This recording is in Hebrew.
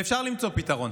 אפשר למצוא פתרון,